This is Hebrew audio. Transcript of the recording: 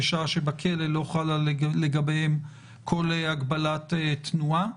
בשעה שבכלא לא חלה לגביהם כל הגבלת תנועה.